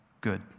good